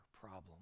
problem